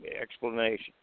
explanation